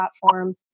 platform